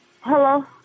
Hello